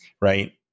Right